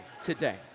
today